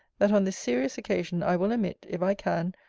that on this serious occasion i will omit, if i can,